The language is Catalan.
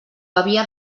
havia